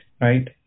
right